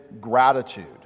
gratitude